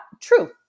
true